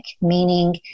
meaning